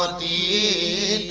the